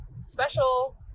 special